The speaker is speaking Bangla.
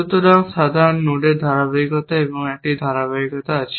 সুতরাং সাধারণ নোডের ধারাবাহিকতা এবং একটি ধারাবাহিকতা আছে